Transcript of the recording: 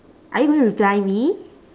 are you going to reply me